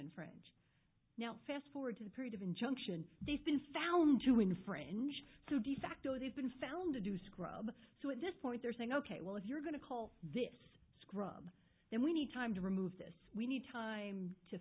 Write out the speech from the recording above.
and friends now fast forward to the period of injunction they've been found to infringe so de facto they've been found to do scrub so at this point they're saying ok well if you're going to call this scrub then we need time to remove this we need time to